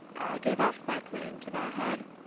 give up my claim to thy head,